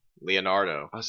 Leonardo